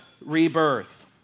rebirth